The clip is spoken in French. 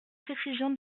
précision